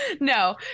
No